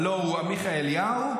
הלא הוא עמיחי אליהו,